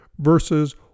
versus